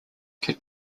could